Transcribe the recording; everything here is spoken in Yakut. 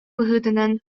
быһыытынан